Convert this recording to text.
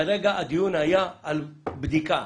כרגע הדיון היה על בדיקה